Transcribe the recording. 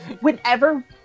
whenever